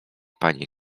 pani